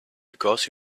because